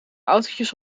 autootjes